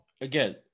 again